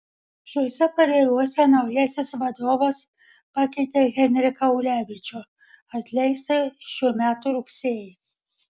šiose pareigose naujasis vadovas pakeitė henriką ulevičių atleistą šių metų rugsėjį